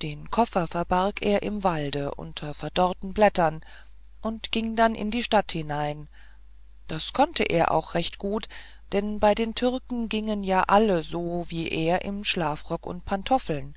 den koffer verbarg er im walde unter verdorrten blättern und ging dann in die stadt hinein das konnte er auch recht gut denn bei den türken gingen ja alle so wie er in schlafrock und pantoffeln